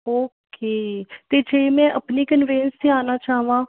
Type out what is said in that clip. okay ਅਤੇ ਜੇ ਮੈਂ ਆਪਣੀ ਕਨਵੈਨਸ 'ਤੇ ਆਉਣਾ ਚਾਹਵਾਂ